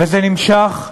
וזה נמשך,